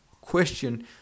question